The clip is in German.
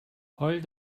heul